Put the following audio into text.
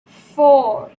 four